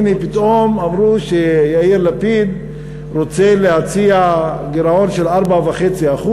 הנה פתאום אמרו שיאיר לפיד רוצה להציע גירעון של 4.5%,